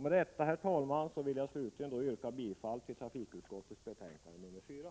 Med detta, herr talman, vill jag slutligen yrka bifall till trafikutskottets hemställan i betänkande 4.